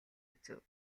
үзэв